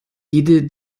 jede